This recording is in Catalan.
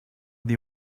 dir